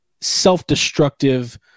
self-destructive